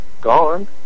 gone